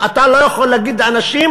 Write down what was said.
אתה לא יכול להגיד לאנשים: